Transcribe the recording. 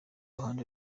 ruhande